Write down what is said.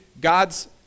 God's